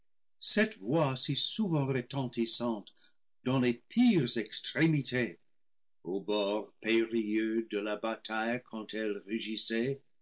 cette voix si souvent re tentissante dans les pires extrémités au bord périlleux de la bataille quand elle rugissait